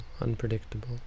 unpredictable